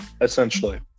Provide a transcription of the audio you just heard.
essentially